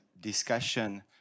discussion